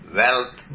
wealth